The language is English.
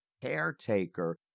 caretaker